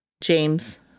James